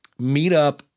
meetup